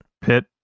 Pit